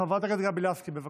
חברת הכנסת גבי לסקי, בבקשה.